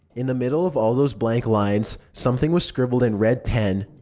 in the middle of all those blank lines, something was scribbled in red pen.